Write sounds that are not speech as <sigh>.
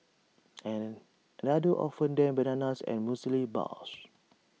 <noise> another offered them bananas and Muesli Bars